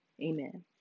Amen